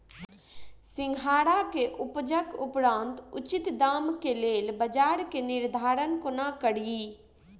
सिंघाड़ा केँ उपजक उपरांत उचित दाम केँ लेल बजार केँ निर्धारण कोना कड़ी?